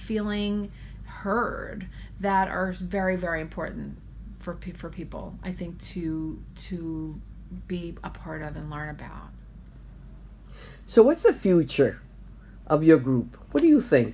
feeling heard that are very very important for people for people i think to to be a part of and learn about so what's the future of your group what do you